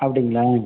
அப்படிங்களா